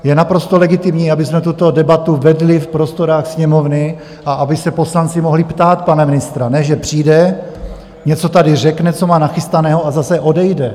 Je naprosto legitimní, abychom tuto debatu vedli v prostorách Sněmovny a aby se poslanci mohli ptát pana ministra, ne že přijde, něco tady řekne, co má nachystaného, a zase odejde.